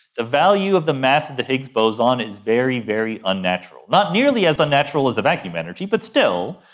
the value of the mass of the higgs boson is very, very unnatural. not nearly as unnatural as the vacuum energy, but still,